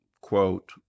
quote